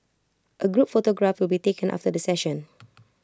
A group photograph will be taken after the session